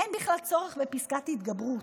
אין בכלל צורך בפסקת התגברות,